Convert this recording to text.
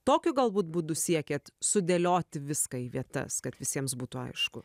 tokiu galbūt būdu siekėt sudėlioti viską į vietas kad visiems būtų aišku